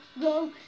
go